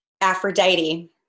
Aphrodite